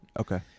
okay